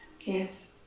Yes